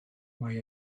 mae